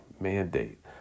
mandate